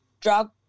drug